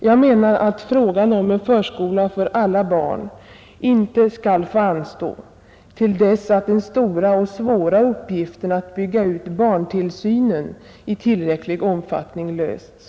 Jag menar att frågan om en förskola för alla barn inte skall få anstå till dess att den stora och svåra uppgiften att bygga ut barntillsynen i tillräcklig omfattning lösts.